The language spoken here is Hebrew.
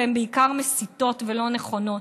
והן בעיקר מסיתות ולא נכונות.